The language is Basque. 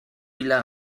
pila